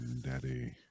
Daddy